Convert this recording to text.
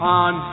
on